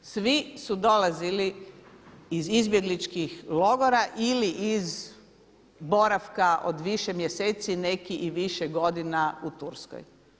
Svi su dolazili iz izbjegličkih logora ili iz boravka od više mjeseci, neki i više godina u Turskoj.